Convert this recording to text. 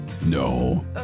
No